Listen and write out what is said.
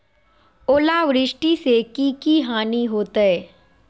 ओलावृष्टि से की की हानि होतै?